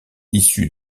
issu